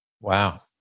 Wow